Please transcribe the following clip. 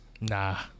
nah